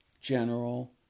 general